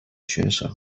选手